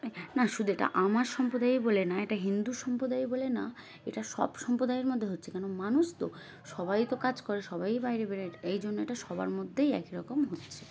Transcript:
না শুধু এটা আমার সম্প্রদায় বলে না এটা হিন্দু সম্প্রদায় বলে না এটা সব সম্প্রদায়ের মধ্যে হচ্ছে কেন মানুষ তো সবাই তো কাজ করে সবাই বাইরে বেড়ে এই জন্য এটা সবার মধ্যেই একই রকম হচ্ছে